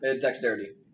Dexterity